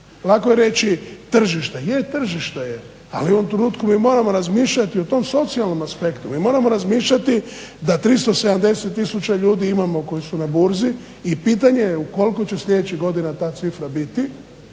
Lako je reći tržište, je tržište je ali u ovom trenutku mi moramo razmišljati o tom socijalnom aspektu, mi moramo razmišljati da 370 tisuća ljudi imamo koji su na burzi i pitanje u koliko će sljedećih godina ta cifra biti